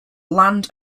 land